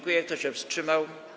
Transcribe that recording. Kto się wstrzymał?